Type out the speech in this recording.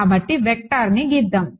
కాబట్టి వెక్టార్ని గీద్దాం